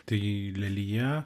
tai lelija